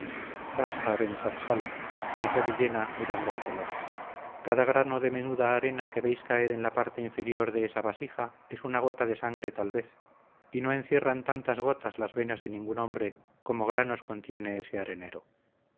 intriga basta abenzarsal gritó villena mirando al reloj cada grano de menuda arena que veis caer en la parte inferior de esa vasija es una gota de sangre tal vez y no encierran tantas gotas las venas de ningún hombre como granos contiene ese arenero